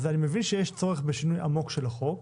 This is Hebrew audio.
אני מבין שיש צורך בשינוי עמוק של החוק.